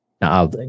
Now